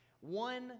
One